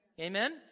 Amen